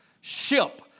ship